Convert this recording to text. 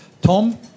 Tom